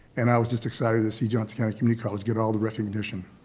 and i was just excited to see johnson county community college get all the recognition.